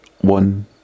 one